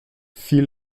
phil